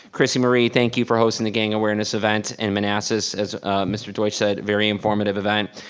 chrissy marie, thank you for hosting the gang awareness event in manassas, as mr. deutsch said, very informative event.